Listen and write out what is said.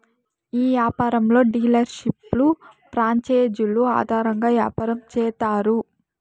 ఈ యాపారంలో డీలర్షిప్లు ప్రాంచేజీలు ఆధారంగా యాపారం చేత్తారు